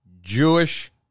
Jewish